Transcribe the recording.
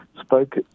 spoke